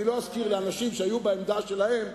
אני לא אזכיר לאנשים שהיו בעמדה שלהם,